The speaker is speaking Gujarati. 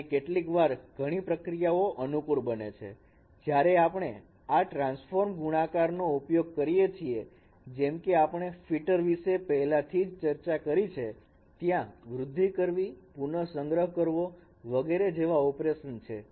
અને કેટલીકવાર ઘણી પ્રક્રિયાઓ અનુકૂળ બને છે જ્યારે આપણે આ ટ્રાન્સફોર્મર ગુણાંક નો ઉપયોગ કરીએ છીએ જેમકે આપણે ફિટર વિશે પહેલાંથી જ ચર્ચા કરી છે ત્યાં વૃદ્ધિ કરવી પુનસંગ્રહ કરવો વગેરે જેવા ઓપરેશન છે